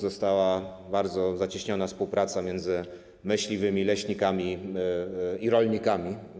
Została bardzo zacieśniona współpraca między myśliwymi, leśnikami i rolnikami.